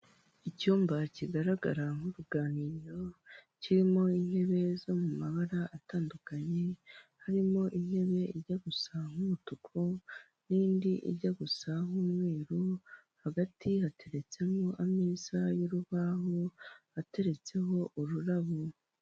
Hoteli zitandukanye zo mu Rwanda bakunze kubaka ibyo bakunze kwita amapisine mu rurimi rw'abanyamahanga aho ushobora kuba wahasohokera nabawe mukaba mwahagirira ibihe byiza murimo muroga mwishimisha .